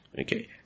Okay